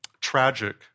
tragic